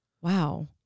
wow